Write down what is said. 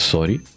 Sorry